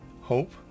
hope